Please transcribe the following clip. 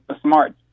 smart